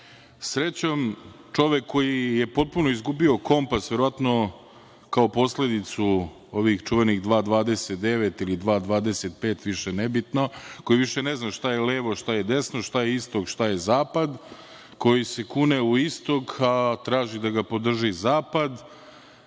čovek koji je potpuno izgubio kompas, verovatno kao posledicu ovih čuvenih 2,29 ili 2,25, više nebitno, koji više ne zna šta je levo, šta je desno, šta je istok, šta je zapad, koji se kune u istok, a traži da ga podrži zapad,